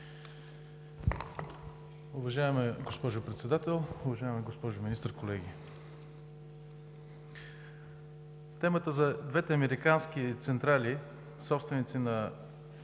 Уважаема госпожо Председател, уважаема госпожо Министър, колеги! Темата за двете американски централи, собственици на